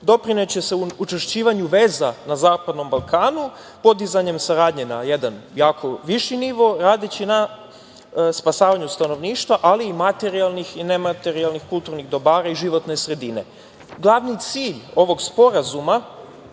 Doprineće se učvršćivanju veza na Zapadnom Balkanu podizanjem saradnje na jedan viši nivo, radeći na spasavanju stanovništva, ali i materijalnih i nematerijalnih kulturnih dobara i životne sredine. Glavni cilj ovog sporazuma,